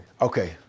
Okay